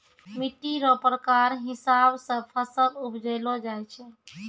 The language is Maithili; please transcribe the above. मिट्टी रो प्रकार हिसाब से फसल उपजैलो जाय छै